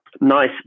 nice